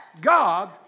God